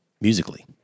musically